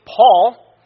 Paul